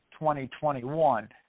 2021